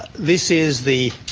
this is the